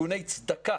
ארגוני צדקה